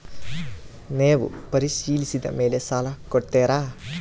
ನೇವು ಪರಿಶೇಲಿಸಿದ ಮೇಲೆ ಸಾಲ ಕೊಡ್ತೇರಾ?